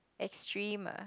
extreme ah